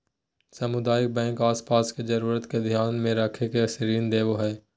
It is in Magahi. सामुदायिक बैंक आस पास के जरूरत के ध्यान मे रख के ऋण देवो हय